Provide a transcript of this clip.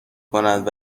کند